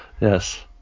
Yes